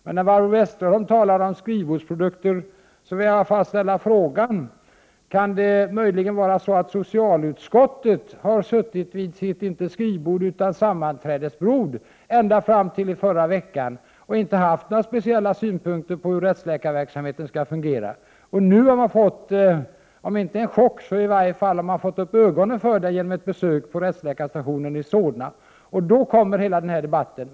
Men när Barbro Westerholm talar om skrivbordsprodukter, vill jag i alla fall ställa frågan: Kan det möjligen vara så att socialutskottet har suttit vid sitt sammanträdesbord ända fram till i förra veckan och inte haft några speciella synpunkter på hur rättsläkarverksamheten skulle fungera utan först nu har om inte fått en chock så i alla fall fått upp ögonen för situationen genom sitt besök på rättsläkarstationen i Solna? Då kommer hela den här debatten.